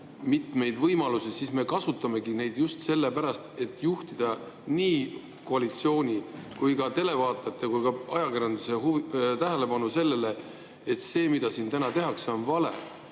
mitmeid võimalusi, siis me kasutamegi neid just sellepärast, et juhtida nii koalitsiooni, televaatajate kui ka ajakirjanduse tähelepanu sellele, et see, mida siin täna tehakse, on vale.